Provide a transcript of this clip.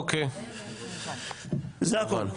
זה הכול.